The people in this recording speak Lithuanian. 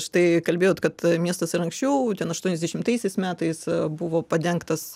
štai kalbėjot kad miestas ir anksčiau ten aštuoniasdešimtaisiais metais buvo padengtas